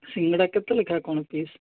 ସିଙ୍ଗଡ଼ା କେତେ ଲେଖା କ'ଣ ପିସ୍